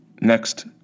Next